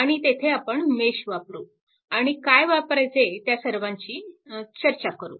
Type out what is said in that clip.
आणि तेथे आपण मेश वापरू आणि काय वापरायचे त्या सर्वांची चर्चा करू